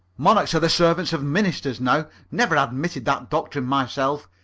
monarchs are the servants of ministers now. never admitted that doctrine myself.